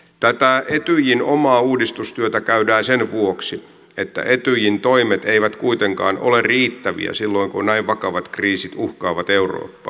tätä etyjin omaa uudistustyötä käydään sen vuoksi että etyjin toimet eivät kuitenkaan ole riittäviä silloin kun näin vakavat kriisit uhkaavat eurooppaa